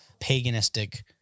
paganistic